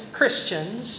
Christians